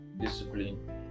discipline